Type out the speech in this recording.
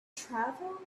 travel